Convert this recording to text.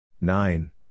nine